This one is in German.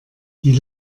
die